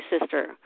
sister